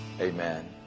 Amen